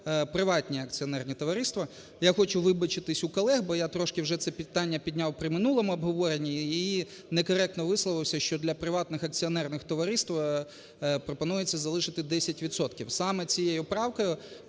приватні акціонерні товариства. Я хочу вибачитись у колег, бо я трошки вже це питання підняв при минулому обговорені, і некоректно висловився, що для приватних акціонерних товариств пропонується залишити 10 відсотків. Саме цією правкою